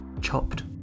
chopped